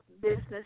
Business